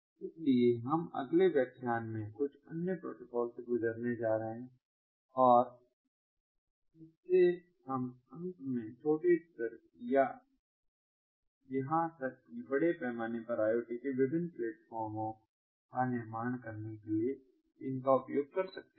इसलिए हम अगले व्याख्यान में कुछ अन्य प्रोटोकॉल से गुजरने जा रहे हैं और इससे हम अंत में छोटे स्तर या यहां तक कि बड़े पैमाने पर IoT के लिए विभिन्न प्लेटफार्मों का निर्माण करने के लिए उनका उपयोग कर सकते हैं